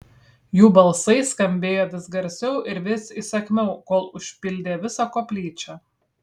jų balsai skambėjo vis garsiau ir vis įsakmiau kol užpildė visą koplyčią